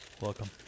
Welcome